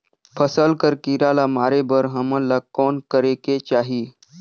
फसल कर कीरा ला मारे बर हमन ला कौन करेके चाही?